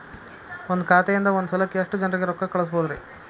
ಒಂದ್ ಖಾತೆಯಿಂದ, ಒಂದ್ ಸಲಕ್ಕ ಎಷ್ಟ ಜನರಿಗೆ ರೊಕ್ಕ ಕಳಸಬಹುದ್ರಿ?